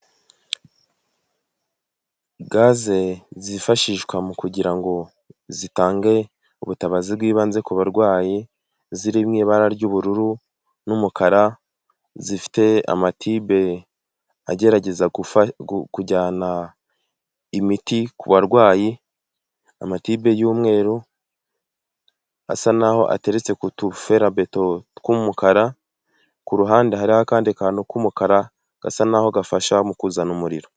Gaze zifashishwa mu kugira ngo zitange ubutabazi bw'ibanze ku barwayi ziri mu ibara ry'ubururu n'umukara zifite amatibe agerageza kujyana imiti ku barwayi amatibe y'umweru asa naho ateretse ku tuferabeto tw'umukara ku ruhande hariho akandi kantu k'umukara gasa naho gafasha mu kuzana umuriro.